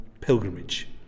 pilgrimage